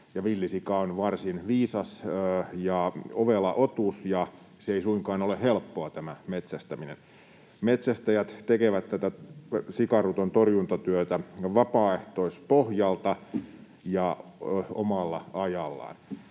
villisika on varsin viisas ja ovela otus, ja ei suinkaan ole helppoa tämä metsästäminen. Metsästäjät tekevät tätä sikaruton torjuntatyötä vapaaehtoispohjalta ja omalla ajallaan.